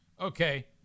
Okay